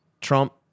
Trump